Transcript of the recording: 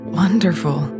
wonderful